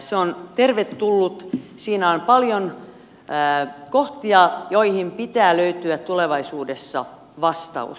se on tervetullut siinä on paljon kohtia joihin pitää löytyä tulevaisuudessa vastaus